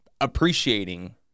appreciating